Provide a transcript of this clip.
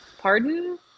pardon